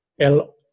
El